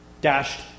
Dashed